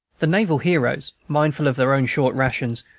the naval heroes, mindful of their own short rations,